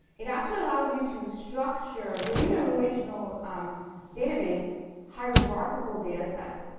it actually allows you to structure within a relational database hierarchical datasets.